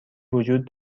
وجود